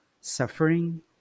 Suffering